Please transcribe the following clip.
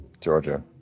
Georgia